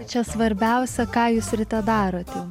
čia svarbiausia ką jūs ryte darot jau